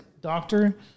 doctor